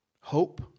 Hope